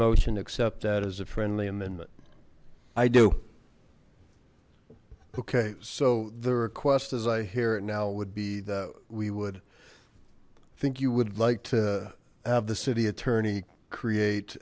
motion except that as a friendly amendment i do okay so the request as i hear now would be that we would think you would like to have the city attorney create